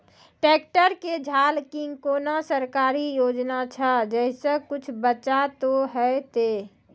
Tractor के झाल किंग कोनो सरकारी योजना छ जैसा कुछ बचा तो है ते?